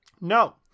No